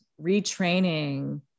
retraining